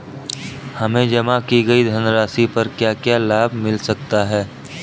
हमें जमा की गई धनराशि पर क्या क्या लाभ मिल सकता है?